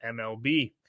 MLB